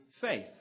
faith